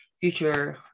future